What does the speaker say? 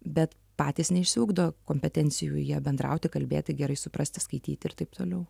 bet patys neišsiugdo kompetencijų ja bendrauti kalbėti gerai suprasti skaityti ir taip toliau